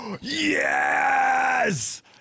yes